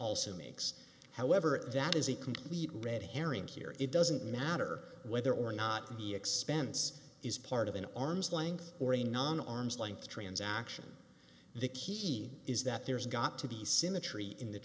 also makes however that is a complete red herrings here it doesn't matter whether or not the expense is part of an arm's length or a non arm's length transaction the key is that there's got to be symmetry in the